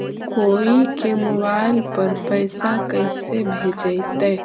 कोई के मोबाईल पर पैसा कैसे भेजइतै?